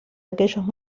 aquellos